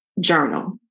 journal